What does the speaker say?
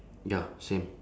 ya same